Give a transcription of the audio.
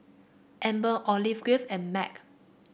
Campbell Olive Grove and Mac